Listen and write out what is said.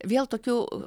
vėl tokių